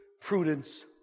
prudence